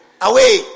Away